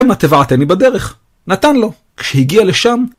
למה טבעתם לי בדרך? נתן לו, כשהגיע לשם